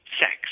sex